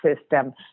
system